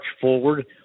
forward